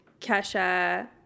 Kesha